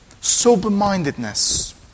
sober-mindedness